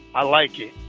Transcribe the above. i like it.